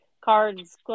cards